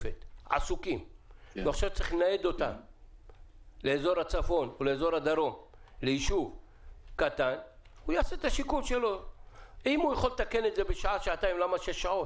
כולם רוצים להרוויח כסף וכולם רוצים שהלקוחות שלהם יהיו מרוצים מהם.